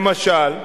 למשל,